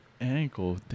Ankle